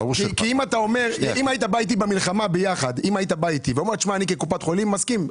אם היית בא איתי במלחמה ביחד ואומר: אני כקופת חולים מסכים.